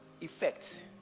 effect